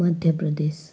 Madhya Pradesh